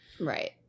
Right